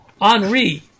Henri